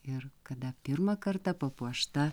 ir kada pirmą kartą papuošta